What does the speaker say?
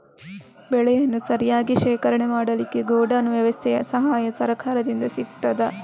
ಬೆಳೆಯನ್ನು ಸರಿಯಾಗಿ ಶೇಖರಣೆ ಮಾಡಲಿಕ್ಕೆ ಗೋಡೌನ್ ವ್ಯವಸ್ಥೆಯ ಸಹಾಯ ಸರಕಾರದಿಂದ ಸಿಗುತ್ತದಾ?